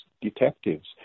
detectives